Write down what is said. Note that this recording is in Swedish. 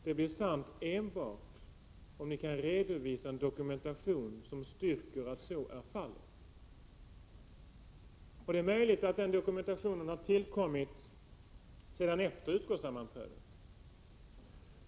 Det blir sant enbart om ni kan redovisa dokumentation som styrker att så är fallet. Det är möjligt att sådan dokumentation har tillkommit efter utrikesutskottets sammanträde.